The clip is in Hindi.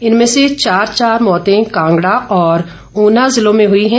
इनमें से चार चार मौते कांगड़ा और ऊना जिलों में हुई हैं